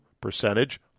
percentage